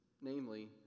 Namely